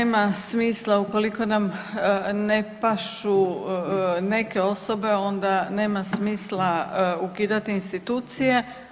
Da, nema smisla ukoliko nam ne pašu neke osobe onda nema smisla ukidati institucije.